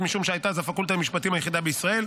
משום שהייתה אז הפקולטה למשפטים היחידה בישראל.